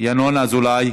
ינון אזולאי,